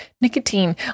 nicotine